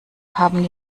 haben